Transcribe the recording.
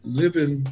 living